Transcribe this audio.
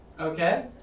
okay